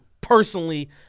personally